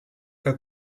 que